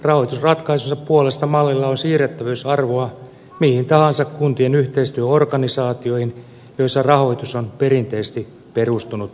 rahoitusratkaisunsa puolesta mallilla on siirrettävyysarvoa mihin tahansa kuntien yhteistyöorganisaatioihin joissa rahoitus on perinteisesti perustunut suoritteisiin